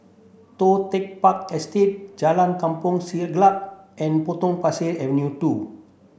Toh Tuck Park Estate Jalan Kampong Siglap and Potong Pasir Avenue two